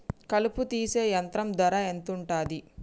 కలుపు తీసే యంత్రం ధర ఎంతుటది?